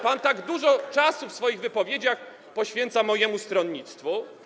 Pan tak dużo czasu w swoich wypowiedziach poświęca mojemu stronnictwu.